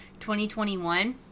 2021